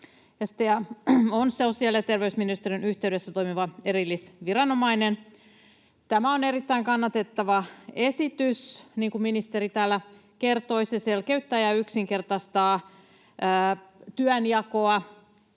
on sosiaali- ja terveysministeriön yhteydessä toimiva erillisviranomainen. Tämä on erittäin kannatettava esitys, niin kuin ministeri täällä kertoi. Se selkeyttää ja yksinkertaistaa työnjakoa